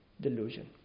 delusion